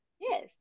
Yes